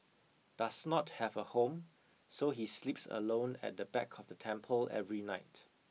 does not have a home so he sleeps alone at the back of the temple every night